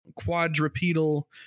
quadrupedal